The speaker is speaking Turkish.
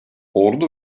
ordu